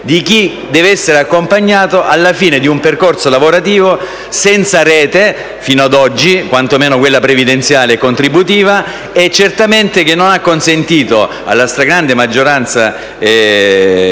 di chi deve essere accompagnato alla fine di un percorso lavorativo senza rete fino ad oggi - mi riferisco quanto meno a quella previdenziale e contributiva - che certamente non ha consentito alla stragrande maggioranza